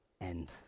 end